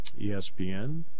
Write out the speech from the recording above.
ESPN